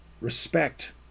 respect